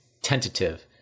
tentative